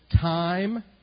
Time